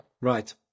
Right